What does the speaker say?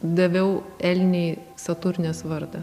daviau elnei saturnės vardą